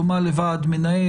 דומה לוועד מנהל,